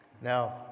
Now